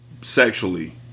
sexually